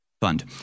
fund